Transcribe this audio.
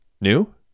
New